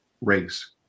race